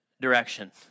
direction